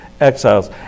exiles